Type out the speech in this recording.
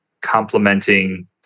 complementing